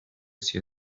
see